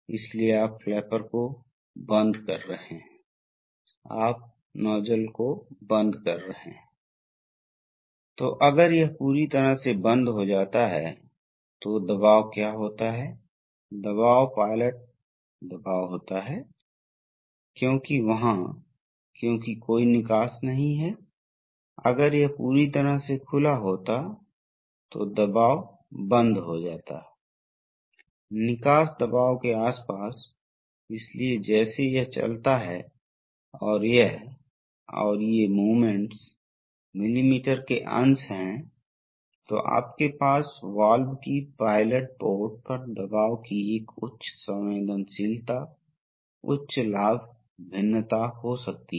इसलिए इस check valve की वजह से सभी तरह से पीछे हटने के दौरान द्रव हमेशा प्रवाहित रहेगा और इसमें एक मुक्त प्रवाह पथ होगा और वहाँ होगा प्रवाह दर उच्च होने वाली है जो कि कोई फर्क नहीं पड़ता क्योंकि लोड जुड़ा नहीं है दबाव आवश्यकता कम है पंप प्रवाह के साथ आप बहुत अच्छी तरह से सही प्रबंधित कर सकते हैं